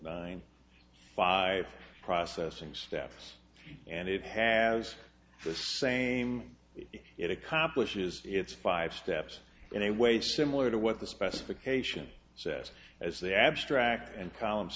by processing steps and it has the same it accomplishes its five steps in a way similar to what the specification says as the abstract and column